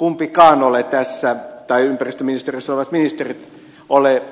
mutta olen vakuuttunut etteivät ympäristöministeriössä olevat ministerit kumpikaan ole